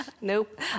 Nope